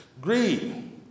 Greed